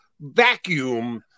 vacuum